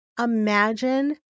imagine